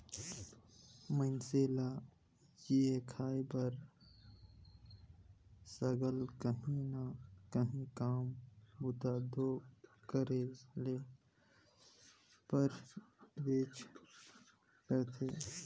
मइनसे ल जीए खाए बर सरलग काहीं ना काहीं काम बूता दो करे ले परबेच करथे